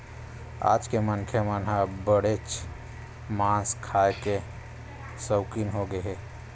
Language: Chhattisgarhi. आज के मनखे मन ह अब्बड़ेच मांस खाए के सउकिन होगे हे